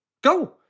go